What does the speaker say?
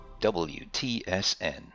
WTSN